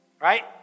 Right